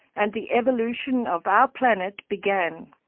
and the evolution of our planet began.